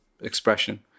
expression